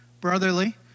brotherly